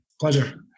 Pleasure